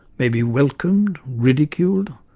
may be welcomed, ridiculed,